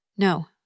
No